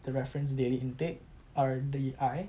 the reference daily intake R_D_I